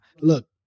look